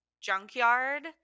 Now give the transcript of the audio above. junkyard